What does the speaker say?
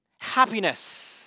happiness